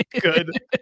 good